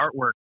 artwork